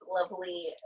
lovely